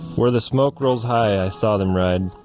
where the smoke rolls high i saw them ride,